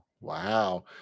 Wow